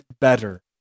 better